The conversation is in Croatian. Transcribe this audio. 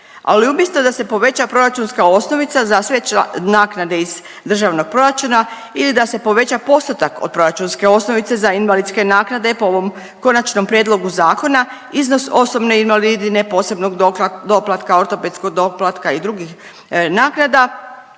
Ali umjesto da se poveća proračunska osnovica za sve naknade iz Državnog proračuna ili da se poveća postotak od proračunske osnovice za invalidske naknade po ovom Konačnom prijedlogu zakona iznos osobne invalidnine, posebnog doplatka, ortopedskog doplatka i drugih naknada